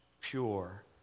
pure